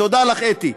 תודה לך, אתי.